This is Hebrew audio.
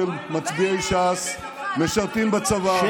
12 מנדטים של הציונות הדתית ועוצמה יהודית כולם משרתים בצבא.